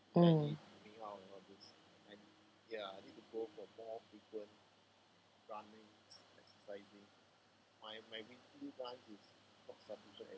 mm